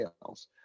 sales